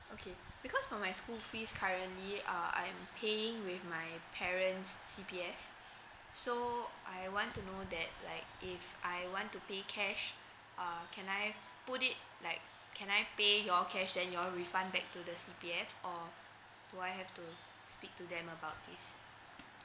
okay because for my school fees currently uh I'm paying with my parents' C_P_F so I want to know that like if I want to pay cash uh can I put it like can I pay you all cash then you all refund back to the C_P_F or do I have to speak to them about this